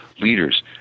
leaders